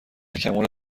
کمال